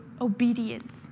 obedience